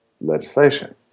legislation